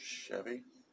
Chevy